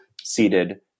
seated